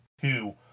two